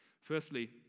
firstly